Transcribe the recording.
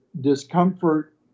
discomfort